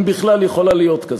אם בכלל יכולה להיות כזאת.